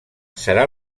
serà